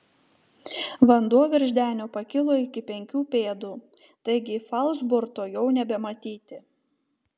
vanduo virš denio pakilo iki penkių pėdų taigi falšborto jau nebematyti